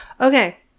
Okay